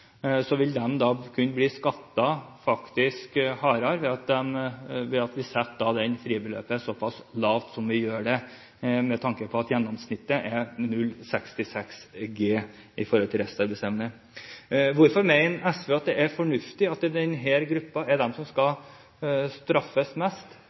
så vil de kunne bli skattet hardere ved at vi setter fribeløpet såpass lavt som vi gjør, med tanke på at gjennomsnittlig inntekt for denne gruppen er 0,66 G når det gjelder restarbeidsevne. Hvorfor mener SV at det er fornuftig at det er denne gruppen som skal straffes mest,